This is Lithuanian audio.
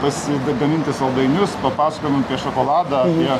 pasigaminti saldainius papasakojam apie šokoladą apie